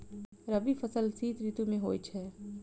रबी फसल शीत ऋतु मे होए छैथ?